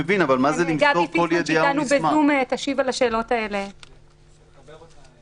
דיברנו על זה שהתקהלות תפילה או כל התקהלות